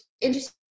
interesting